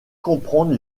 comprendre